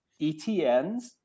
ETNs